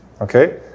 Okay